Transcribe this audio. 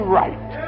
right